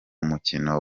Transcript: mukino